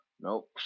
Nope